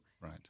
Right